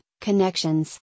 connections